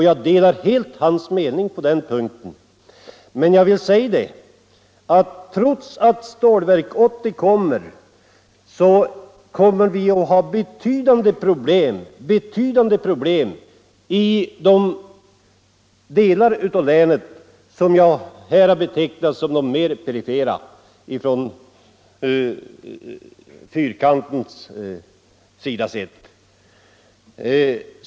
Jag delar helt hans mening på den punkten, men jag vill säga att trots Stålverk 80 kommer man att ha betydande problem i de delar av länet som jag här har betecknat som de mer perifera, från fyrkantens sida sett.